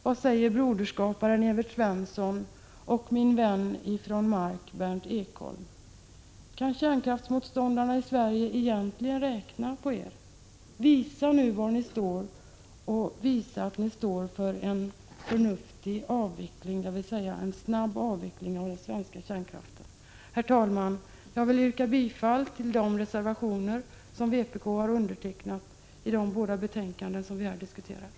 Vad säger broderskaparen Evert Svensson och min vän från Mark Berndt Ekholm? Kan kärnkraftsmotståndarna i Sverige egentligen räkna på er? Visa nu var ni står, visa att ni står för en förnuftig avveckling, dvs. en snabb avveckling av den svenska kärnkraften. Jag vill yrka bifall till de reservationer som vpk har undertecknat i de båda betänkanden som vi här diskuterar.